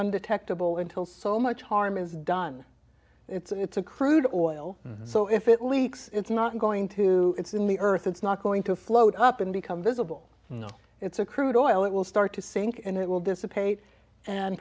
undetectable until so much harm is done it's a crude oil though if it leaks it's not going to it's in the earth it's not going to float up and become visible you know it's a crude oil it will start to sink and it will dissipate and